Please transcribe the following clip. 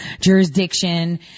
jurisdiction